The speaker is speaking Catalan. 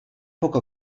poca